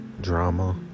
drama